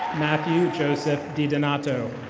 matthew joseph dedanato